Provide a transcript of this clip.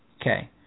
Okay